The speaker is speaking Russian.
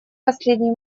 последний